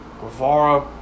Guevara